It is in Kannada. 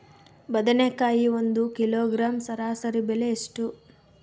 ಬದನೆಕಾಯಿ ಒಂದು ಕಿಲೋಗ್ರಾಂ ಸರಾಸರಿ ಬೆಲೆ ಎಷ್ಟು?